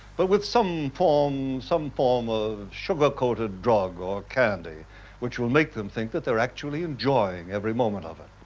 but with some form some form of sugar-coated drug or candy which will make them think that they're actually enjoying every moment of it.